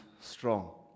strong